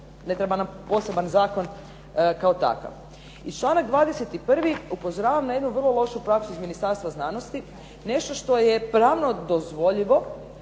ne treba nam poseban zakon kao takav. I članak 21., upozoravam na jednu vrlo lošu praksu iz Ministarstva znanosti, nešto što je pravno dozvoljivo,